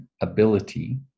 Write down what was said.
ability